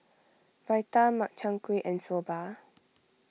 Raita Makchang Gui and Soba